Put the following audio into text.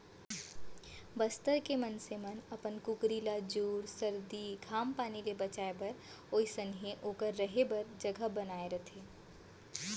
बस्तर के मनसे मन अपन कुकरी ल जूड़ सरदी, घाम पानी ले बचाए बर ओइसनहे ओकर रहें बर जघा बनाए रथें